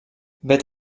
vet